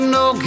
no